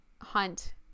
hunt